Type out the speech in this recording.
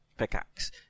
pickaxe